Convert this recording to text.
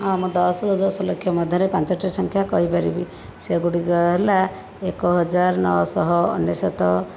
ହଁ ମୁଁ ଦଶ ରୁ ଦଶ ଲକ୍ଷ ମଧ୍ୟରେ ପାଞ୍ଚଟି ସଂଖ୍ୟା କହିପାରିବି ସେଗୁଡ଼ିକ ହେଲା ଏକ ହଜାର ନଅଶହ ଅନେଶତ